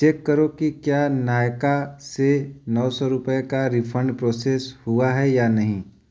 check करो की क्या नायका से नौ सौ रुपये का रिफंड प्रोसेस हुआ है या नहीं